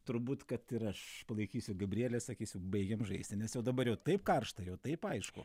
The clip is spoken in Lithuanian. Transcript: turbūt kad ir aš palaikysiu gabrielę sakysiu baigiam žaisti nes jau dabar jau taip karšta ir jau taip aišku